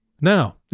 Now